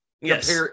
Yes